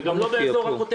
וגם לא באזור עוטף עזה.